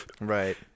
Right